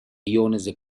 iones